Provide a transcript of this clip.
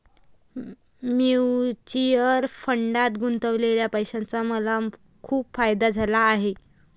mutual फंडात गुंतवलेल्या पैशाचा मला खूप फायदा झाला आहे